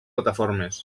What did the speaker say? plataformes